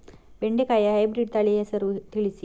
ಬೆಂಡೆಕಾಯಿಯ ಹೈಬ್ರಿಡ್ ತಳಿ ಹೆಸರು ತಿಳಿಸಿ?